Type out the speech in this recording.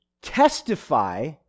Testify